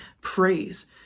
praise